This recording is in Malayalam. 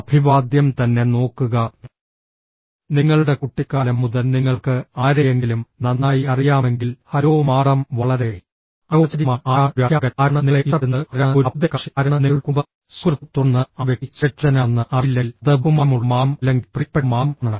അഭിവാദ്യം തന്നെ നോക്കുക നിങ്ങളുടെ കുട്ടിക്കാലം മുതൽ നിങ്ങൾക്ക് ആരെയെങ്കിലും നന്നായി അറിയാമെങ്കിൽ ഹലോ മാഡം വളരെ അനൌപചാരികമാണ് ആരാണ് ഒരു അധ്യാപകൻ ആരാണ് നിങ്ങളെ ഇഷ്ടപ്പെടുന്നത് ആരാണ് ഒരു അഭ്യുദയകാംക്ഷി ആരാണ് നിങ്ങളുടെ കുടുംബ സുഹൃത്ത് തുടർന്ന് ആ വ്യക്തി സുരക്ഷിതനാണെന്ന് അറിയില്ലെങ്കിൽ അത് ബഹുമാനമുള്ള മാഡം അല്ലെങ്കിൽ പ്രിയപ്പെട്ട മാഡം ആണ്